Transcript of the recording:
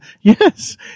Yes